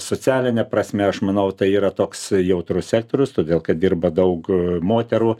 socialine prasme aš manau tai yra toks jautrus sektorius todėl kad dirba daug moterų